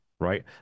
right